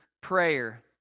prayer